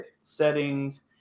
settings